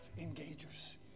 engagers